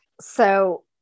so-